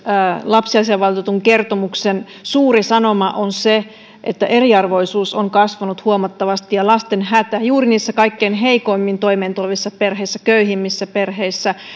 lapsiasiainvaltuutetun kertomuksen suuri sanoma on se että eriarvoisuus on kasvanut huomattavasti ja että juuri niissä kaikkein heikoimmin toimeentulevissa perheissä köyhimmissä perheissä